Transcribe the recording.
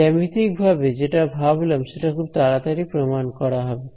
জ্যামিতিক ভাবে যেটা ভাবলাম সেটা খুব তাড়াতাড়ি প্রমাণ করা হবে